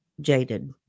jaded